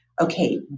okay